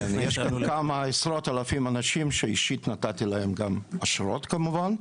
יש עוד כמה עשרות אנשים שאישית נתתי להם אשרות כמובן,